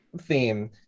theme